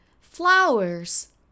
flowers